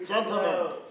Gentlemen